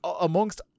amongst